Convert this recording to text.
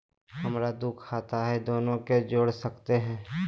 हमरा दू खाता हय, दोनो के जोड़ सकते है?